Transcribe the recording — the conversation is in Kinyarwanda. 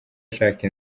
ashaka